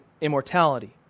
immortality